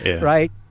right